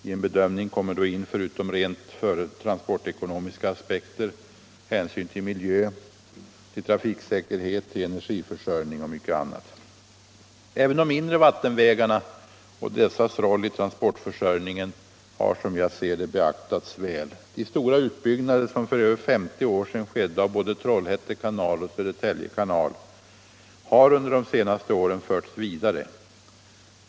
I en bedömning kommer då in förutom rent transportekonomiska aspekter hänsynen till miljö, trafiksäkerhet, energiförsörjning och mycket annat. Även de inre vattenvägarna och deras roll i transportförsörjningen har som jag ser det beaktats väl. De stora utbyggnader som för över femtio år sedan skedde av både Trollhätte kanal och Södertälje kanal har under de senaste åren förts vidare.